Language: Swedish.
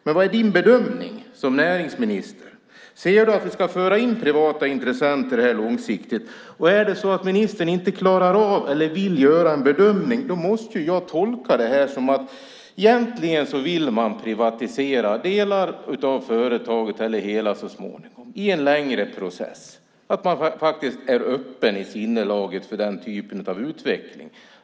Vilken är din bedömning som näringsminister? Anser du att vi ska föra in privata intressenter långsiktigt? Är det så att ministern inte klarar av eller inte vill göra en bedömning måste jag ju tolka det som att man egentligen vill privatisera delar av företaget eller hela så småningom i en längre process, att man faktiskt är öppen i sinnelaget för den typen av utveckling.